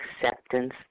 acceptance